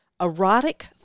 Erotic